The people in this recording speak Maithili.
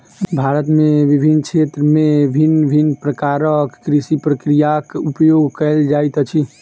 भारत में विभिन्न क्षेत्र में भिन्न भिन्न प्रकारक कृषि प्रक्रियाक उपयोग कएल जाइत अछि